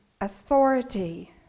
authority